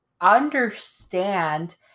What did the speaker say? understand